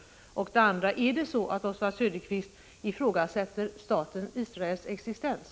Ifrågasätter Oswald Söderqvist staten Israels existens?